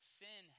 sin